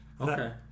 Okay